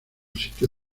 sitio